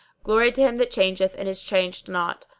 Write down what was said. glory to him that changeth and is changed not!